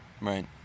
right